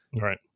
Right